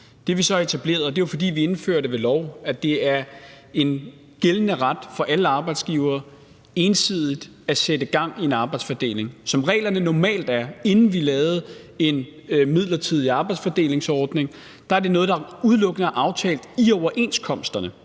Det, vi så har etableret, og det er, fordi vi indfører det ved lov, er, at det er en gældende ret for alle arbejdsgivere ensidigt at kunne sætte gang i en arbejdsfordeling. Som reglerne normalt er, inden vi lavede en midlertidig arbejdsfordelingsordning, er det noget, der udelukkende er aftalt i overenskomsterne,